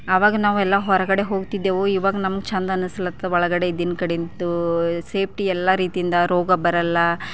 ಆವಾಗ ನಾವೆಲ್ಲ ಹೊರಗಡೆ ಹೋಗ್ತಿದ್ದೆವು ಇವಾಗ ನಮ್ಮ ಚೆಂದ ಅನ್ನಿಸ್ಲತ್ತದ ಒಳಗಡೆ ಇದ್ದಿದ್ದ ಕಡೆಂದು ಸೇಫ್ಟಿ ಎಲ್ಲ ರೀತಿಯಿಂದ ರೋಗ ಬರಲ್ಲ